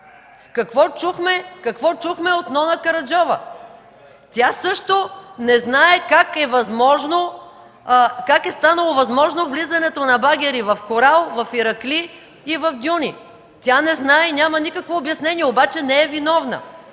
Какво чухме от Нона Караджова? Тя също не знае как е станало възможно влизането на багери в „Корал”, в Иракли и в „Дюни”. Тя не знае и няма никакво обяснение, обаче не е виновна.